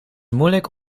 moeilijk